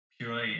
purely